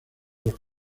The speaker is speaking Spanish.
los